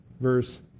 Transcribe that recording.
verse